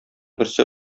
берсе